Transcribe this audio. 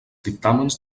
dictàmens